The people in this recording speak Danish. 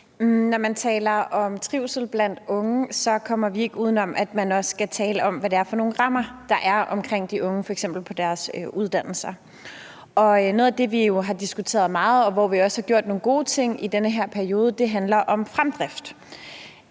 Når man taler om trivsel blandt unge, kommer vi ikke uden om, at man også taler om, hvad det er for nogle rammer, der er omkring de unge, f.eks. på deres uddannelser. Og noget af det, vi har diskuteret meget, og hvor vi også har gjort nogle gode ting i den her periode, handler om fremdrift.